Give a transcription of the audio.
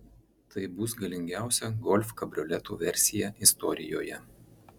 tai bus galingiausia golf kabrioleto versija istorijoje